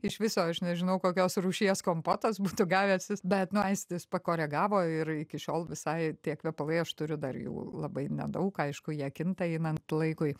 iš viso aš nežinau kokios rūšies kompotas būtų gavęsis bet nu aistis pakoregavo ir iki šiol visai tie kvepalai aš turiu dar jų labai nedaug aišku jie kinta einant laikui